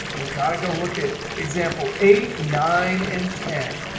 and we've got to go look at example eight, nine, and ten.